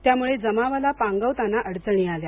त्यामुळे जमावाला पांगविताना अडचणी आल्या